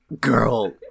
Girl